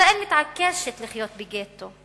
ישראל מתעקשת לחיות בגטו,